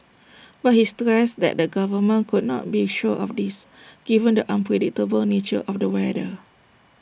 but he stressed that the government could not be sure of this given the unpredictable nature of the weather